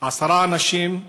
עשרה אנשים,